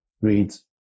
reads